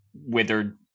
withered